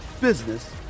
business